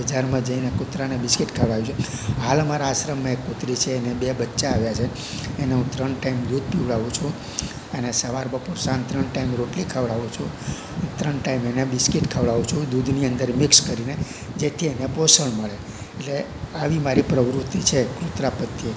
બજારમાં જઈને કુતરાને બિસ્કિટ ખવડાવું છું હાલ અમારા આશ્રમ એક કુતરી છે એને બે બચ્ચા આવ્યા છે એને હું ત્રણ ટાઇમ દૂધ પીવડાવું છું અને સવાર બપોર સાંજ ત્રણ ટાઈમ રોટલી ખવડાવું છું ત્રણ ટાઇમ એને બિસ્કિટ ખવડાવું છું દૂધની અંદર મિક્સ કરીને જેથી એને પોષણ મળે એટલે આવી મારી પ્રવૃતિ છે કુતરા પ્રત્યે